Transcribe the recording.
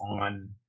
on